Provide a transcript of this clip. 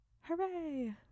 hooray